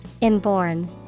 Inborn